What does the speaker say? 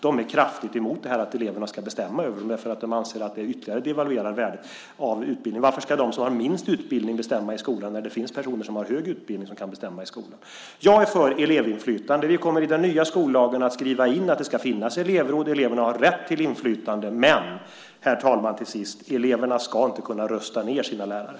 De är kraftigt emot att eleverna ska bestämma över dem, därför att de anser att det ytterligare devalverar värdet av utbildning. Varför ska de som har minst utbildning bestämma i skolan när det finns personer som har hög utbildning som kan bestämma i skolan? Jag är för elevinflytande. Vi kommer i den nya skollagen att skriva in att det ska finnas elevråd och att eleverna har rätt till inflytande. Men, herr talman, till sist: Eleverna ska inte kunna rösta ned sina lärare.